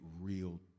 real